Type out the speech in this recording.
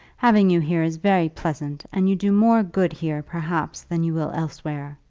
having you here is very pleasant, and you do more good here, perhaps, than you will elsewhere.